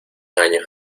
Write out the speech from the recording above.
años